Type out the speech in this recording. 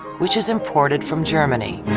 which is imported from germany.